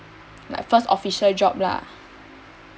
like first official job lah